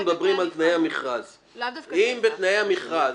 חושב שבכל מכרז,